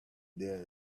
their